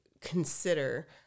consider